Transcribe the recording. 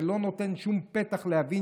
זה לא נותן שום פתח להבין,